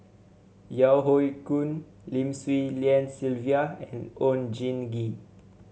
Yeo Hoe Koon Lim Swee Lian Sylvia and Oon Jin Gee